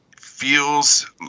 feels